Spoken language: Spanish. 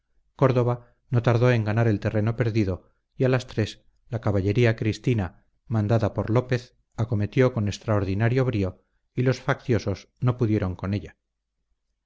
córdoba no tardó en ganar el terreno perdido y a las tres la caballería cristina mandada por lópez acometió con extraordinario brío y los facciosos no pudieron con ella